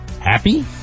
happy